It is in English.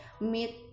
meet